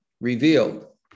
revealed